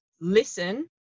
listen